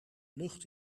lucht